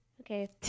Okay